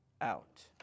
out